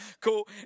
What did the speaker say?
Cool